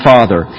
Father